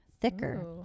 thicker